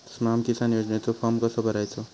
स्माम किसान योजनेचो फॉर्म कसो भरायचो?